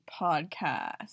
podcast